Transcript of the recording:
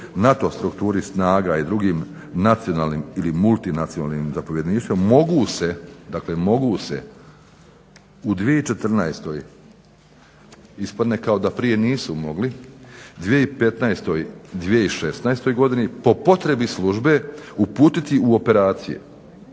NATO strukturi snaga i drugim nacionalnim ili multinacionalnim zapovjedništvom mogu se dakle, mogu se u 2014.ispadne kao da prije nisu mogli 2015.-oj, 2016. godini po potrebi službe uputiti u operacije